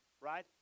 right